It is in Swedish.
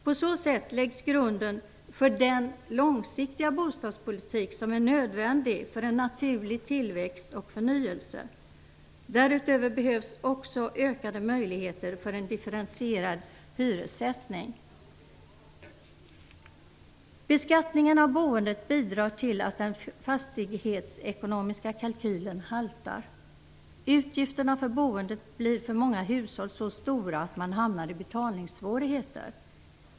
På så sätt läggs grunden för den långsiktiga bostadspolitik som är nödvändig för en naturlig tillväxt och förnyelse. Därutöver behövs också ökade möjligheter för en differentierad hyressättning. Beskattningen av boendet bidrar till att den fastighetsekonomiska kalkylen haltar. Utgifterna för boendet blir för många hushåll så stora att de hamnar i betalningssvårigheter.